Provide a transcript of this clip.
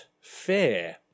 fair